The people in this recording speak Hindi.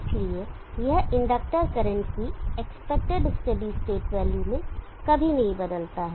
इसलिए यह इंडक्टर करंट की एक्सपेक्टेड स्टेडी स्टेट वैल्यू में कभी नहीं बदलता है